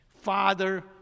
Father